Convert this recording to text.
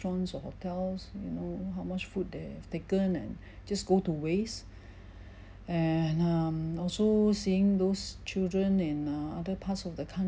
or hotels you know how much food they have taken and just go to waste and um also seeing those children in uh other parts of the country